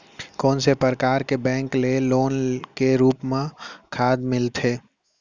कोन से परकार के बैंक ले लोन के रूप मा खाद मिलथे?